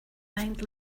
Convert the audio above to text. mind